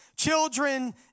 children